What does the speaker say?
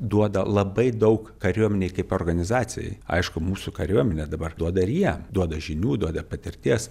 duoda labai daug kariuomenei kaip organizacijai aišku mūsų kariuomenė dabar duoda ir jiem duoda žinių duoda patirties